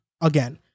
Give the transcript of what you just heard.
again